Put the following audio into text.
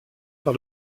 par